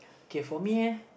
okay for me